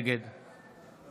נגד